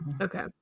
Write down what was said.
Okay